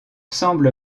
semble